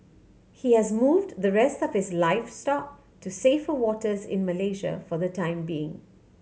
he has moved the rest of his livestock to safer waters in Malaysia for the time being